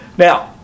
Now